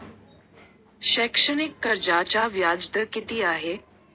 शैक्षणिक कर्जाचा व्याजदर किती आहे?